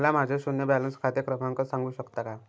मला माझे शून्य बॅलन्स खाते क्रमांक सांगू शकता का?